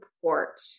support